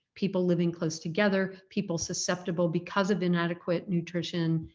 people living close together, people susceptible because of inadequate nutrition,